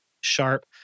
sharp